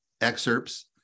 excerpts